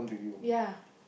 ya